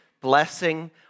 blessing